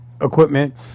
equipment